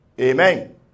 Amen